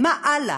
מה הלאה,